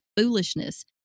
foolishness